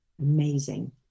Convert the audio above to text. amazing